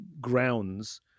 grounds